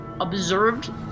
observed